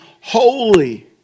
holy